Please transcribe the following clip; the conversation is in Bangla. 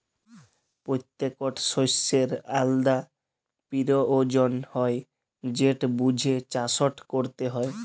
পত্যেকট শস্যের আলদা পিরয়োজন হ্যয় যেট বুঝে চাষট ক্যরতে হয়